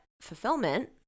fulfillment